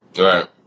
Right